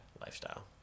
lifestyle